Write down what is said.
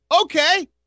Okay